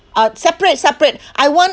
uh separate separate I want